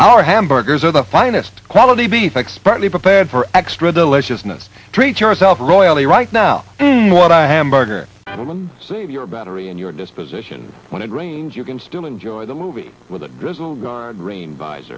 our hamburgers or the finest quality beef expertly prepared for extra deliciousness treat yourself royally right now what i hamburger woman save your battery and your disposition when it rains you can still enjoy the movie with it drizzle guard rain bys